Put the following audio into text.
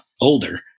older